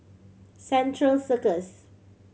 Central Circus